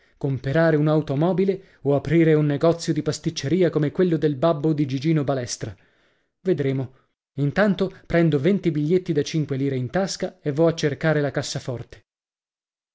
comperare un automobile o aprire un negozio di pasticceria come quello del babbo di gigino balestra vedremo intanto prendo venti biglietti da cinque lire in tasca e vo a cercare la cassaforte